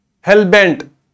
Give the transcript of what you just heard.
hell-bent